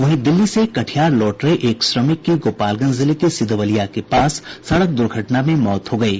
वहीं दिल्ली से कटिहार लौट रहे एक श्रमिक की गोपालगंज जिले के सिघवलिया के पास सड़क दुर्घटना में मौत हो गयी